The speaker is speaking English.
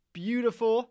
beautiful